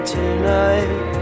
tonight